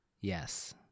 yes